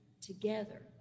together